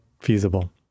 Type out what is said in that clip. feasible